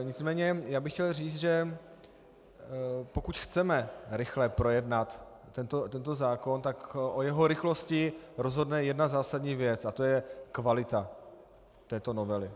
Nicméně bych chtěl říct, že pokud chceme rychle projednat tento zákon, tak o jeho rychlosti rozhodne jedna zásadní věc a to je kvalita této novely.